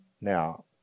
Now